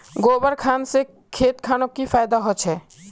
गोबर खान से खेत खानोक की फायदा होछै?